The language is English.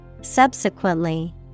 Subsequently